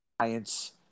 science